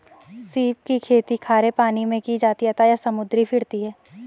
सीप की खेती खारे पानी मैं की जाती है अतः यह समुद्री फिरती है